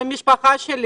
עם המשפחה שלי,